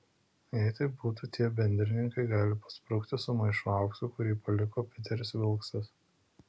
jeigu taip būtų tai tie bendrininkai gali pasprukti su maišu aukso kurį paliko piteris vilksas